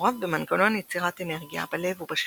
מעורב במנגנון יצירת אנרגיה בלב ובשרירים,